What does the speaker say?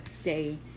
stay